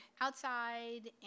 outside